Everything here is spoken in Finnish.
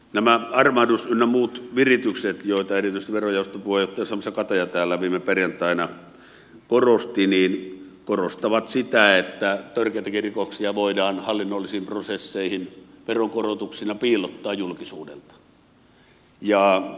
nämä armahdus ynnä muut viritykset joita erityisesti verojaoston puheenjohtaja sampsa kataja täällä viime perjantaina korosti korostavat sitä että törkeitäkin rikoksia voidaan hallinnollisiin prosesseihin veronkorotuksina piilottaa julkisuudelta